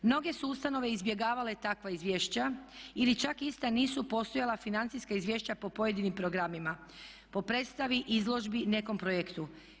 Mnoge su ustanove izbjegavale takva izvješća ili čak ista nisu postojala financijska izvješća po pojedinim programima po predstavi, izložbi, nekoj projektu.